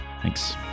Thanks